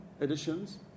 editions